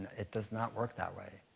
it does not work that way.